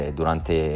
durante